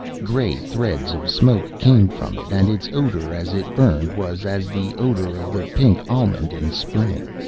grey threads of smoke came from it, and its odour as it burned was as the odour of the pink almond in spring.